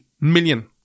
million